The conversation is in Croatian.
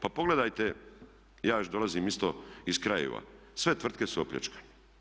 Pa pogledajte, ja dolazim isto iz krajeva, sve tvrtke su opljačkane.